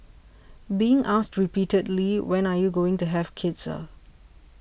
being asked repeatedly when are you going to have kids ah